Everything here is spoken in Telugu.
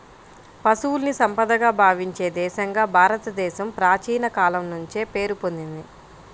పశువుల్ని సంపదగా భావించే దేశంగా భారతదేశం ప్రాచీన కాలం నుంచే పేరు పొందింది